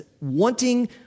wanting